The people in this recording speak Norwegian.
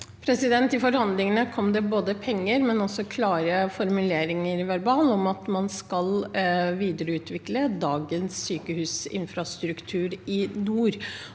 I forhandlingene kom det både penger og også klare verbalformuleringer om at man skal videreutvikle dagens sykehusinfrastruktur i nord.